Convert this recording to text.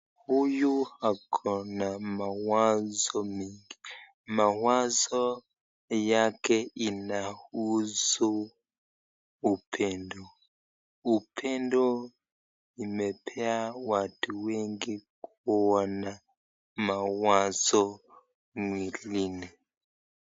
Huyu akona mawazo mingi mawazo yake inahusu upendo, upendo umepea watu wengi kuwa na mawazo mwilini.